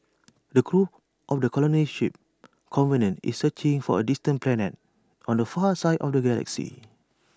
the crew of the colony ship covenant is searching for A distant planet on the far side of the galaxy